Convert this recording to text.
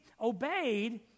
obeyed